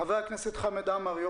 ח"כ חמד עמאר,